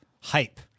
hype